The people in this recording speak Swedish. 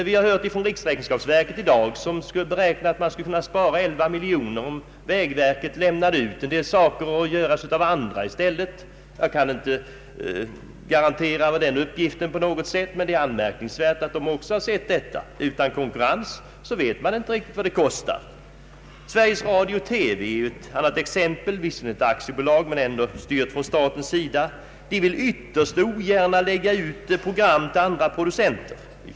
Vi har hört i dag att riksräkenskapsverket beräknar att man skulle kunna spara 11 miljoner, om vägverket lämnade ut en del arbeten att göras av andra i stället. Jag kan inte på något sätt garantera den uppgiftens riktighet, men det är anmärkningsvärt att riksräkenskapsverket också har sett detta. Utan konkurrens vet man inte vad det kostar. Ett annat exempel är Sveriges Radio TV — visserligen ett aktiebolag men ändå styrt från statens sida — som ytterst ogärna vill lägga ut program till andra producenter.